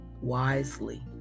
wisely